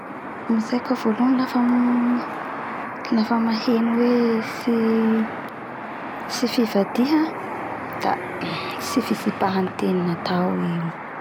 La mietseritsy ny fahatokisa iaho o da ny hoe fahatokisa nolo amy nao zany fahatokisa apetrakinolo amy tegna fa fa tsy hamitaky tsy hamitaky anolo igny ategna sady tsy hivadiky aminazy